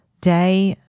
day